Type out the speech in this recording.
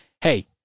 Hey